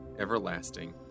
everlasting